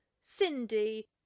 Cindy